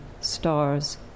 stars